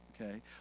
okay